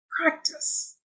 practice